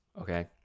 okay